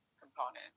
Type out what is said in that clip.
component